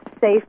safe